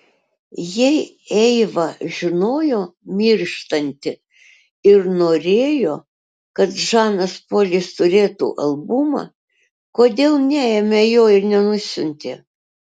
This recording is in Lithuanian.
jei eiva žinojo mirštanti ir norėjo kad žanas polis turėtų albumą kodėl neėmė jo ir nenusiuntė